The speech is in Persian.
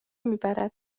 میبرد